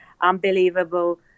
unbelievable